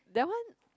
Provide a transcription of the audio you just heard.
that one